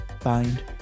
find